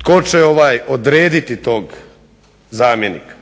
tko će odrediti tog zamjenika.